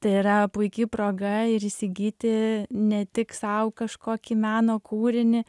tai yra puiki proga ir įsigyti ne tik sau kažkokį meno kūrinį